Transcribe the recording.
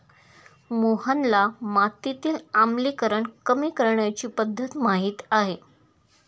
मोहनला मातीतील आम्लीकरण कमी करण्याची पध्दत माहित आहे